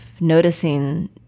noticing